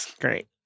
Great